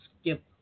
skip